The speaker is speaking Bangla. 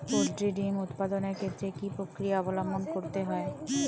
পোল্ট্রি ডিম উৎপাদনের ক্ষেত্রে কি পক্রিয়া অবলম্বন করতে হয়?